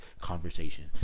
conversation